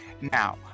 Now